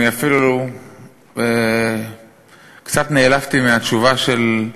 אני אפילו קצת נעלבתי מהתשובה של,